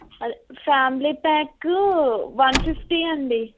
అదే family pack one fifty అండి